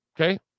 Okay